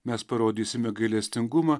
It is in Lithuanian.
mes parodysime gailestingumą